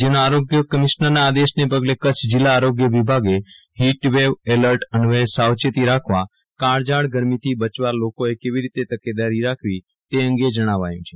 રાજ્યના આરોગ્ય કમિશ્નરનાં આદેશને પગલે કરછ જિલ્લા આરોગ્ય વિભાગે હિટવેવ એલર્ટ અન્વયે સાવચેતી રાખવા કાળજાળ ગરમીથી બચવા લોકોએ કેવી તકેદારી રાખવી તે અંગે જણાવાયુ છે